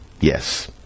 Yes